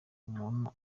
umuntu